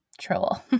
troll